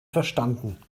verstanden